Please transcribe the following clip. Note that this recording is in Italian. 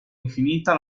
infinita